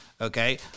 Okay